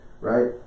right